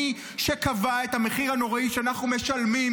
מי שקבעה את המחיר הנוראי שאנחנו משלמים